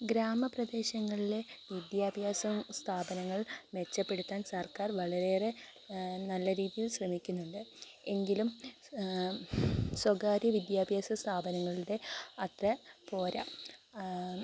ഗ്രാമപ്രദേശങ്ങളിലെ വിദ്യാഭ്യാസ സ്ഥാപനങ്ങൾ മെച്ചപ്പെടുത്താൻ സർക്കാർ വളരെയേറെ നല്ല രീതിയിൽ ശ്രമിക്കുന്നുണ്ട് എങ്കിലും സ്വകാര്യ വിദ്യാഭ്യാസ സ്ഥാപനങ്ങളുടെ അത്ര പോരാ